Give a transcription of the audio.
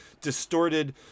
distorted